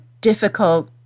difficult